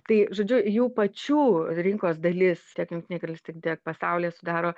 tai žodžiu jų pačių rinkos dalis tiek jungtinėj karalystėj tiek pasaulyje sudaro